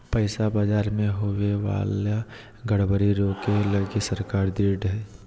पैसा बाजार मे होवे वाला गड़बड़ी रोके लगी सरकार ढृढ़ हय